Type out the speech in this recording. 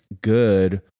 good